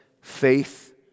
Faith